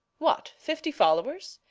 what, fifty followers?